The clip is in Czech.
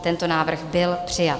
Tento návrh byl přijat.